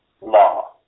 law